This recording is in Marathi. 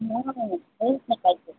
नाही नाही नाहीच ऐकायचं